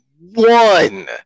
one